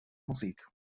musik